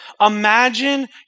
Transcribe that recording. Imagine